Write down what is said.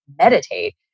meditate